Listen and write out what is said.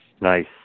Nice